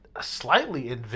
slightly